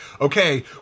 okay